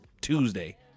Tuesday